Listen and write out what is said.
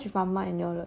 ya lah cause she what